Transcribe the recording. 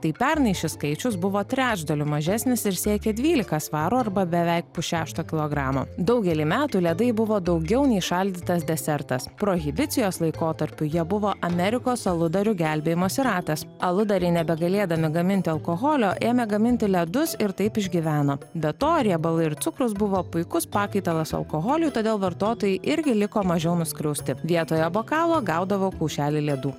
tai pernai šis skaičius buvo trečdaliu mažesnis ir siekė dvylika svarų arba beveik pusšešto kilogramo daugelį metų ledai buvo daugiau nei šaldytas desertas prohibicijos laikotarpiu jie buvo amerikos aludarių gelbėjimosi ratas aludariai nebegalėdami gaminti alkoholio ėmė gaminti ledus ir taip išgyveno be to riebalai ir cukrus buvo puikus pakaitalas alkoholiui todėl vartotojai irgi liko mažiau nuskriausti vietoje bokalo gaudavo kaušelį ledų